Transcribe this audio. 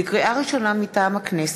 לקריאה ראשונה, מטעם הכנסת: